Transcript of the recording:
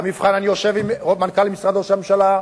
אני יושב עם מנכ"ל משרד ראש הממשלה,